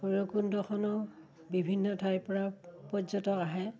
ভৈৰৱকুণ্ডখনো বিভিন্ন ঠাইৰ পৰা পৰ্যটক আহে